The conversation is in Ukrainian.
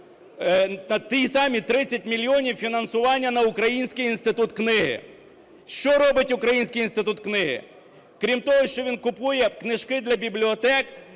такі самі 30 мільйонів фінансування на Український інститут книги. Що робить Український інститут книги? Крім того, що він купує книжки для бібліотек,